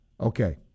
Okay